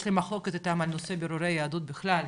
יש למחוק את אותם נושאי בירורי יהדות בכלל,